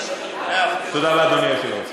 תודה רבה, אדוני היושב-ראש.